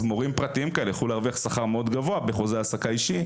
מורים פרטיים כאלה יוכלו להרוויח שכר גבוה מאוד בחוזה העסקה אישי.